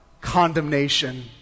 Condemnation